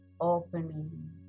opening